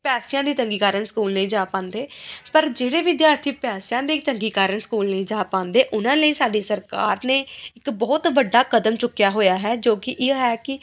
ਪੈਸਿਆਂ ਦੀ ਤੰਗੀ ਕਾਰਣ ਸਕੂਲ ਨਹੀਂ ਜਾ ਪਾਉਂਦੇ ਪਰ ਜਿਹੜੇ ਵਿਦਿਆਰਥੀ ਪੈਸਿਆਂ ਦੀ ਤੰਗੀ ਕਾਰਣ ਸਕੂਲ ਨਹੀਂ ਜਾ ਪਾਉਂਦੇ ਉਹਨਾਂ ਲਈ ਸਾਡੀ ਸਰਕਾਰ ਨੇ ਇੱਕ ਬਹੁਤ ਵੱਡਾ ਕਦਮ ਚੁੱਕਿਆ ਹੋਇਆ ਹੈ ਜੋ ਕਿ ਇਹ ਹੈ ਕਿ